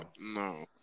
No